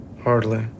Hardly